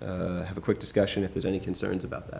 have a quick discussion if there's any concerns about